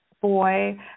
Boy